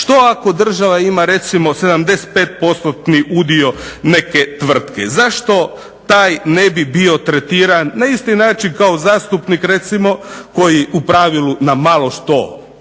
Što ako država ima recimo 75% udio neke tvrtke, zašto taj ne bi bio tretiran na isti način kao zastupnik recimo koji u pravilu na malo što utječe